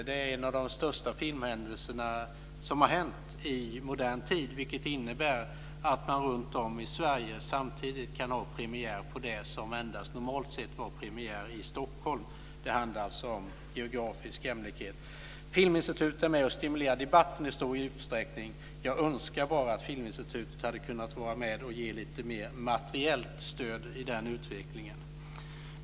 Det är en av de största filmhändelserna i modern tid. Det innebär att man runtom i Sverige samtidigt kan ha premiär på det som normalt sett endast hade premiär i Stockholm. Det handlar alltså om geografisk jämlikhet. Filminstitutet är med och stimulerar debatten i stor utsträckning. Jag önskar bara att Filminstitutet hade kunnat vara med och ge litet mer materiellt stöd i den utvecklingen.